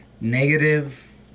negative